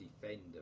defender